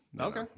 Okay